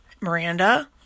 Miranda